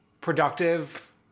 Productive